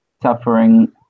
Suffering